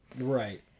Right